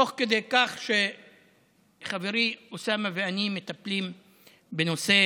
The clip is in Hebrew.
תוך כדי כך שחברי אוסאמה ואני מטפלים בנושא